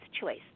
choice